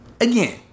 Again